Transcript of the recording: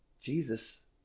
Jesus